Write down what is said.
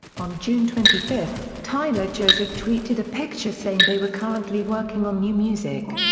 on june twenty five, tyler joseph tweeted a picture saying they were currently working on new music.